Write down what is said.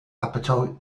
appetite